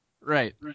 Right